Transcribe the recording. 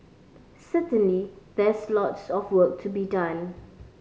certainly there's lots of work to be done